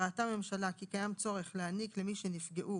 וראתה הממשלה כי קיים צורך להעניק למי שנפגעו